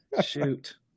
Shoot